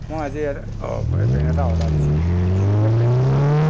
মই আজি পেণ্ট এটা অৰ্ডাৰ দিছিলোঁ অৰ্ডাৰ দি পেলাই পেণ্টটো ললোঁ